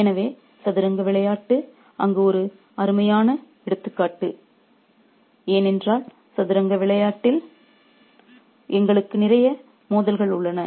எனவே சதுரங்க விளையாட்டு அங்கு ஒரு அருமையான எடுத்துக்காட்டு ஏனென்றால் சதுரங்க விளையாட்டில் எங்களுக்கு நிறைய மோதல்கள் உள்ளன